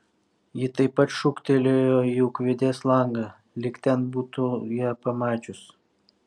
ji taip pat šūktelėjo į ūkvedės langą lyg ten būtų ją pamačius